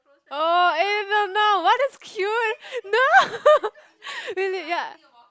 oh even now what does cute no really ya